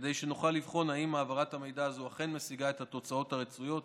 כדי שנוכל לבחון אם העברת המידע הזו אכן משיגה את התוצאות הרצויות